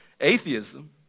Atheism